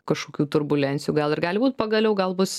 kažkokių turbulencijų gal ir gali būt pagaliau gal bus